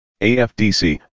AFDC